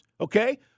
okay